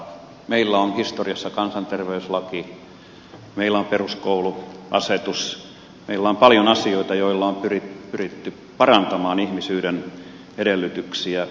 meillä on historiassa kansanterveyslaki meillä on peruskouluasetus meillä on paljon asioita joilla on pyritty parantamaan ihmisyyden edellytyksiä